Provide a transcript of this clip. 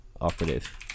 operative